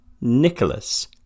Nicholas